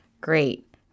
Great